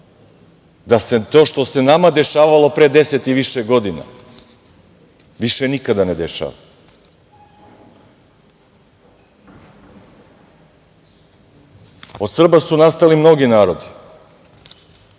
da se to što se nama dešavalo pre 10 i više godina više nikada ne dešava. Od Srba su nastali mnogi narodi.